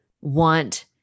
want